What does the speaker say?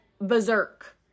berserk